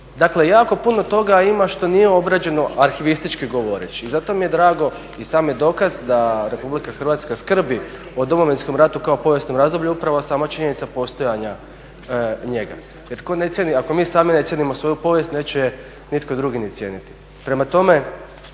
Dakle, jako puno toga ima što nije obrađeno arhivistički govoreći i zato mi je drago i sam je dokaz da RH skrbi o Domovinskom ratu kao povijesnom razdoblju, upravo sama činjenica postojanja njega. Jer tko ne cijeni, ako mi sami ne cijenimo svoju povijest neće je nitko drugi ni cijeniti. Prema tome,